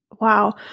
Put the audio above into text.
Wow